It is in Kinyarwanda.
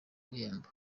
bihembo